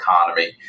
economy